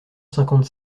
cinquante